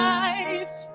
life